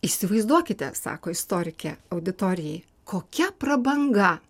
įsivaizduokite sako istorikė auditorijai kokia prabanga